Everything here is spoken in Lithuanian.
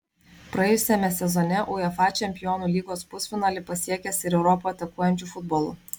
praėjusiame sezone uefa čempionų lygos pusfinalį pasiekęs ir europą atakuojančiu futbolu